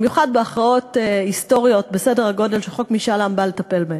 במיוחד בהכרעות היסטוריות בסדר-הגודל שחוק משאל עם בא לטפל בהן.